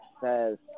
says